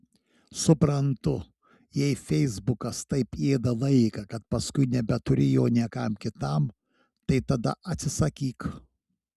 suprantu jei feisbukas taip ėda laiką kad paskui nebeturi jo niekam kitam tai tada atsisakyk